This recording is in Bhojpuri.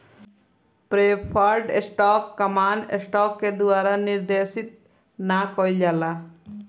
प्रेफर्ड स्टॉक कॉमन स्टॉक के द्वारा निर्देशित ना कइल जाला